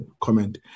comment